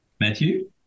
Matthew